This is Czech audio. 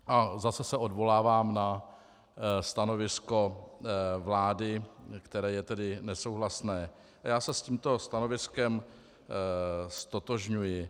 A zase se odvolávám na stanovisko vlády, které je tedy nesouhlasné, a já se s tímto stanoviskem ztotožňuji.